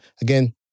Again